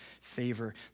favor